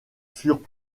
furent